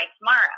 tomorrow